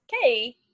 okay